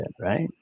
Right